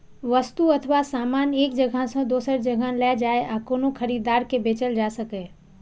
वस्तु अथवा सामान एक जगह सं दोसर जगह लए जाए आ कोनो खरीदार के बेचल जा सकै